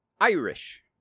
Irish